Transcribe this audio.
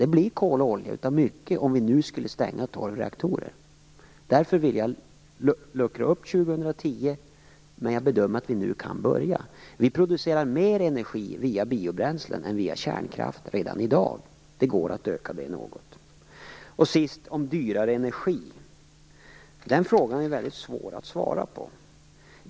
Det blir kol och olja av mycket om vi skulle stänga tolv reaktorer nu. Därför vill jag luckra upp 2010, men jag bedömer att vi kan börja nu. Vi producerar mer energi via biobränslen än via kärnkraft redan i dag. Det går att öka det något. Till sist vill jag säga något om dyrare energi.